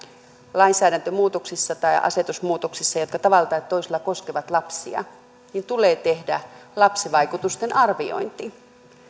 lainsäädäntömuutoksissa tai asetusmuutoksissa jotka tavalla tai toisella koskevat lapsia tulee tehdä lapsivaikutusten arviointi